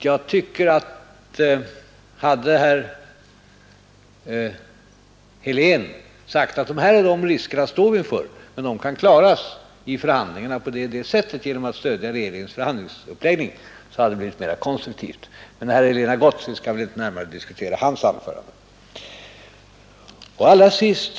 Om herr Helén sagt att de här riskerna står vi för, men de kan klaras i förhandlingarna på det och det sättet genom att vi stöder regeringens förhandlingsuppläggning, hade det blivit mer konstruktivt. Men herr Helén har gått, så vi skall väl inte närmare diskutera hans anföranden. Allra sist!